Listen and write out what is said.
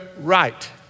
Right